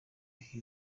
iha